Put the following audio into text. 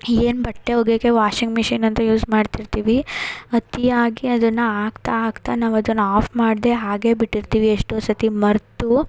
ಏನು ಬಟ್ಟೆ ಒಗಿಯೋಕೆ ವಾಷಿಂಗ್ ಮಿಷಿನ್ ಅಂತ ಯೂಸ್ ಮಾಡ್ತಿರ್ತೀವಿ ಅತಿಯಾಗಿ ಅದನ್ನು ಹಾಕ್ತಾ ಹಾಕ್ತಾ ನಾವು ಅದನ್ನು ಆಫ್ ಮಾಡಿದೆ ಹಾಗೆ ಬಿಟ್ಟಿರ್ತೀವಿ ಎಷ್ಟೋ ಸರ್ತಿ ಮರ್ತು